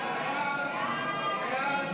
סעיף